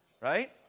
right